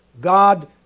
God